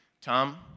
Tom